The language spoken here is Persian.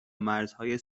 مرزهای